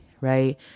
right